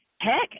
Heck